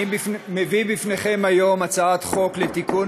אני מביא בפניכם היום הצעת חוק לתיקון